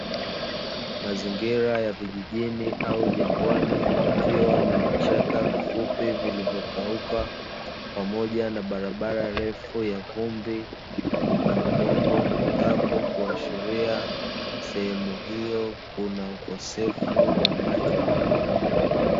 Mazingira ya vijijini au jangwani kukiwa na vichaka vifupi, vilivyokauka pamoja na barabara ndefu ya vumbi na udongo mkavu, kuashiria sehemu hiyo kuna ukosefu wa maji.